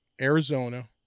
Arizona